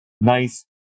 nice